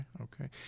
okay